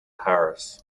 paris